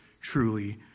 truly